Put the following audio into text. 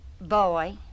boy